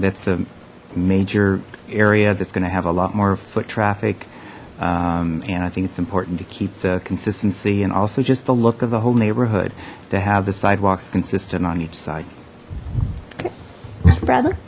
that's a major area that's going to have a lot more foot traffic and i think it's important to keep the consistency and also just the look of the whole neighborhood to have the sidewalks consistent on each